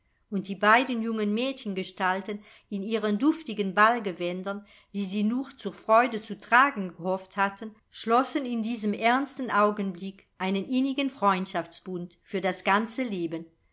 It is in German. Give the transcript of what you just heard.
und die beiden jungen mädchengestalten in ihren duftigen ballgewändern die sie nur zur freude zu tragen gehofft hatten schlossen in diesem ernsten augenblick einen innigen freundschaftsbund für das ganze leben